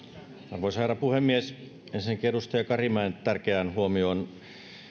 arvoisa herra puhemies ensinnäkin edustaja karimäen tärkeään huomioon